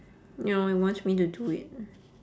ya he wants me to do it